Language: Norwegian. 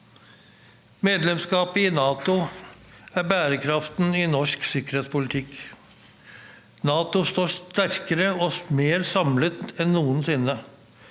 Medlemskapet i NATO er bærebjelken i norsk sikkerhetspolitikk. NATO står sterkere og mer samlet enn noensinne.